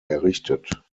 errichtet